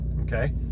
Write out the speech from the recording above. Okay